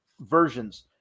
versions